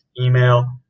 email